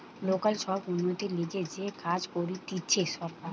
local সব উন্নতির লিগে যে কাজ করতিছে সরকার